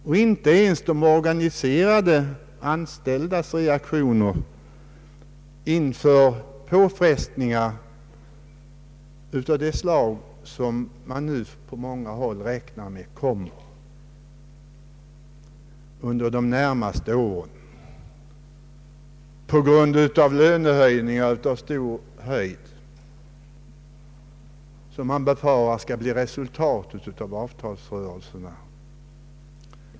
Jag har ingen erfarenhet ens av de organiserade anställdas reaktioner inför påfrestningar av det slag som man nu på många håll räknar med skall komma under de närmaste åren till följd av de stora lönehöjningar som man befarar skall bli resultatet av avtalsrörelserna.